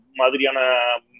madriana